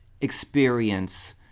experience